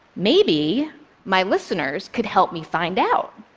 maybe my listeners could help me find out.